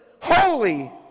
holy